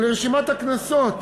לרשימת הקנסות